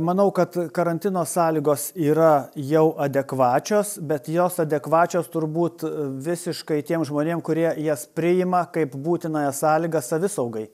manau kad karantino sąlygos yra jau adekvačios bet jos adekvačios turbūt visiškai tiem žmonėm kurie jas priima kaip būtinąją sąlygą savisaugai